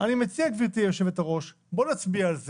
אני מציע שנצביע על זה.